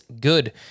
good